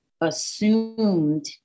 assumed